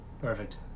Perfect